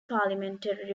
parliamentary